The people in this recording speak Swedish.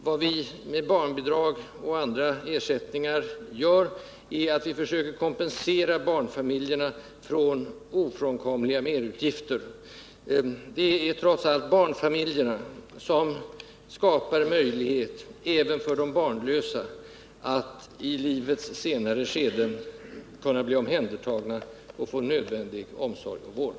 Vad vi med barnbidrag och andra ersättningar gör, det är att försöka kompensera barnfamiljerna för deras ofrånkomliga merutgifter. Det är trots allt barnfamiljerna som skapar en möjlighet även för de barnlösa att i livets senare skeden kunna bli omhändertagna och få nödvändig omsorg och vård.